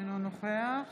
אינו נוכח